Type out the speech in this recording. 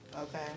Okay